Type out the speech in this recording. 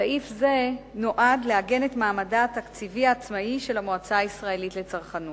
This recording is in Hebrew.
סעיף זה נועד לעגן את מעמדה התקציבי העצמאי של המועצה הישראלית לצרכנות.